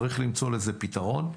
צריך למצוא לזה פתרון,